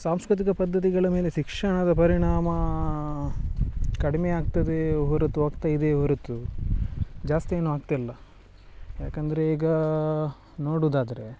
ಸಾಂಸ್ಕೃತಿಕ ಪದ್ಧತಿಗಳ ಮೇಲೆ ಶಿಕ್ಷಣದ ಪರಿಣಾಮ ಕಡಿಮೆ ಆಗ್ತದೆ ಹೊರತು ಆಗ್ತಾಯಿದೆಯೇ ಹೊರತು ಜಾಸ್ತಿ ಏನೂ ಆಗ್ತಾಯಿಲ್ಲ ಯಾಕಂದರೆ ಈಗ ನೋಡುವುದಾದ್ರೆ